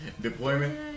Deployment